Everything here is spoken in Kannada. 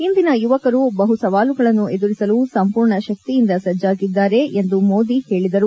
ಇಂದಿನ ಯುವಕರು ಬಹು ಸವಾಲುಗಳನ್ನು ಎದುರಿಸಲು ಸಂಪೂರ್ಣ ಶಕ್ತಿಯಿಂದ ಸಜ್ಜಾಗಿದ್ದಾರೆ ಎಂದು ಮೋದಿ ಹೇಳಿದರು